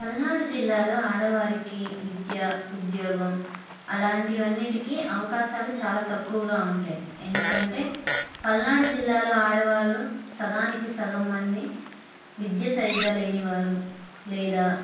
పల్నాడు జిల్లాలో ఆడవారికి విద్య ఉద్యోగం అలాంటివి అన్నింటికీ అవకాశాలు చాలా తక్కువగా ఉంటాయి ఎందుకంటే పల్నాడు జిల్లాలో ఆడవాళ్ళు సగానికి సగం మంది విద్య సరిగ్గా లేనివారు లేదా